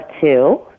two